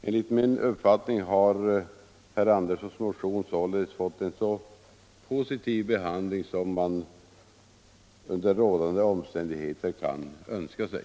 Enligt min mening har herr Anderssons motion således fått en så positiv behandling som man under rådande omständigheter kan önska sig.